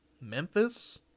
Memphis